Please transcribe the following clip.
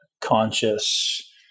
conscious